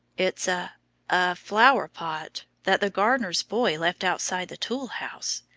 it's a a flower-pot, that the gardener's boy left outside the tool-house.